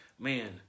man